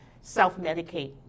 self-medicate